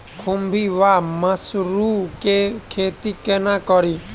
खुम्भी वा मसरू केँ खेती कोना कड़ी?